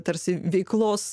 tarsi veiklos